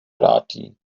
vrátí